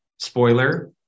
Spoiler